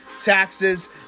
taxes